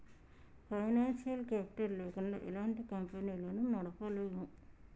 financial capital లేకుండా ఎలాంటి కంపెనీలను నడపలేము